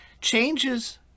changes